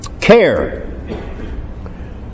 Care